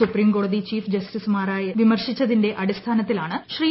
supreme കോടതി chief ജസ്റ്റിസുമാരെ വിമർശിച്ചതിന്റെ അടിസ്ഥാന ത്തിലാണ് ശ്രീ